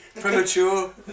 premature